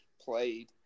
played